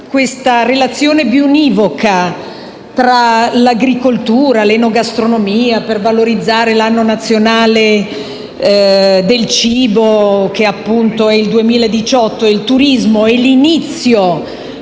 questa relazione biunivoca tra l'agricoltura - l'enogastronomia, per valorizzare l'Anno nazionale del cibo, che è appunto il 2018 - e il turismo è l'inizio